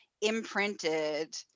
imprinted